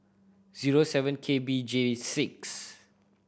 zero seven K B J six